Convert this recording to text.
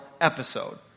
episode